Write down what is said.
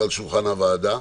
הוועדה,